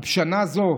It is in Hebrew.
ובשנה זו,